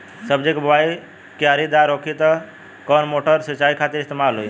सब्जी के बोवाई क्यारी दार होखि त कवन मोटर सिंचाई खातिर इस्तेमाल होई?